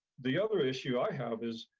the other issue i have is